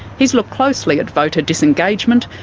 he's looked closely at voter disengagement,